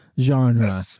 genre